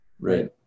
Right